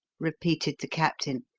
repeated the captain.